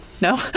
No